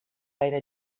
gaire